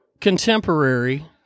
contemporary